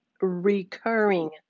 recurring